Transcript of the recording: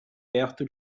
perto